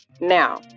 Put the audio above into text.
Now